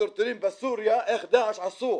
בסרטונים בסוריה איך דאע"ש עושים.